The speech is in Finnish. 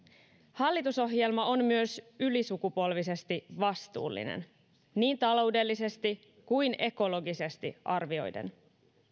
hallitusohjelma on myös ylisukupolvisesti vastuullinen niin taloudellisesti kuin ekologisesti arvioiden